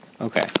Okay